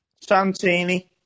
Santini